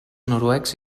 noruecs